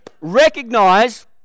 Recognize